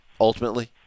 ultimately